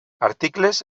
articles